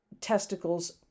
testicles